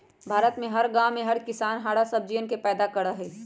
भारत में हर गांव में हर किसान हरा सब्जियन के पैदा करा हई